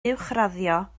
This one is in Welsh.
uwchraddio